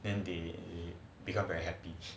then they become very happy